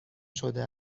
شده